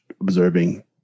observing